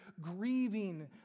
grieving